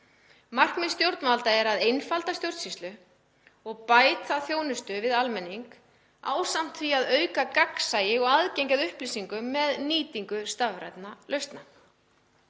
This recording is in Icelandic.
Markmið stjórnvalda er að einfalda stjórnsýslu og bæta þjónustu við almenning ásamt því að auka gagnsæi og aðgengi að upplýsingum með nýtingu stafrænna lausna.